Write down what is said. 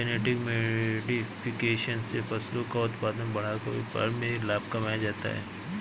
genetic modification से फसलों का उत्पादन बढ़ाकर व्यापार में लाभ कमाया जाता है